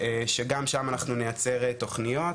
שגם שם אנחנו נייצר תוכניות,